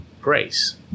grace